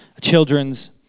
children's